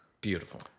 Beautiful